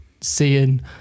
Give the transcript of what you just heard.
seeing